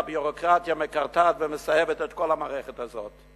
הביורוקרטיה מקרטעת ומסאבת את כל המערכת הזאת.